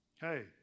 Hey